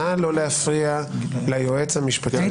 נא לא להפריע ליועץ המשפטי.